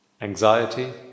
anxiety